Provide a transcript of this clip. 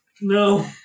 No